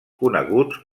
coneguts